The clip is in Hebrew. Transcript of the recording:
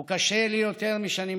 הוא קשה לי יותר מבשנים קודמות.